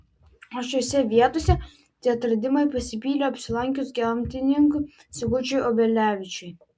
o šiose vietose tie atradimai pasipylė apsilankius gamtininkui sigučiui obelevičiui